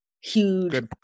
Huge